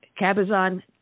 Cabazon